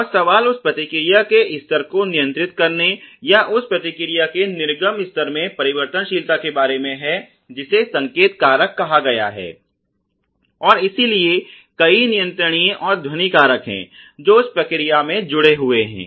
और सवाल उस प्रतिक्रिया के स्तर को नियंत्रित करने या उस प्रतिक्रिया के निर्गम स्तर में परिवर्तनशीलता के बारे में है जिसे संकेत कारक कहा गया है और इसलिए कई नियंत्रणीय और ध्वनि कारक हैं जो उस प्रक्रिया में जुड़े हुए हैं